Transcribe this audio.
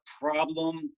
problem